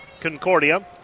Concordia